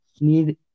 need